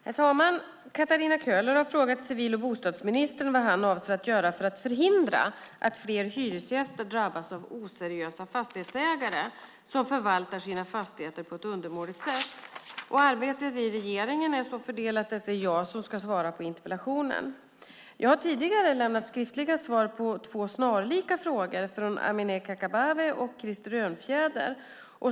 Herr talman! Katarina Köhler har frågat civil och bostadsministern vad han avser att göra för att förhindra att fler hyresgäster drabbas av oseriösa fastighetsägare som förvaltar sina fastigheter på ett undermåligt sätt. Arbetet i regeringen är så fördelat att det är jag som ska svara på interpellationen. Jag har tidigare lämnat skriftliga svar på två snarlika frågor från Amineh Kakabaveh och Krister Örnfjäder.